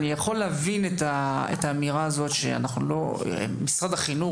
אני יכול להבין את האמירה הזאת שמשרד החינוך